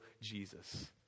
Jesus